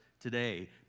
today